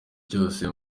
cyose